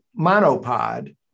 monopod